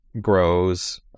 grows